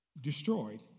destroyed